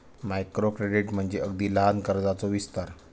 micro credit म्हणजे अगदी लहान कर्जाचो विस्तार